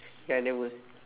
ya never